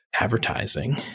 advertising